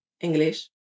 English